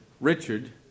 Richard